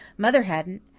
mother hadn't.